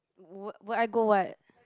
would would I go what